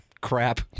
crap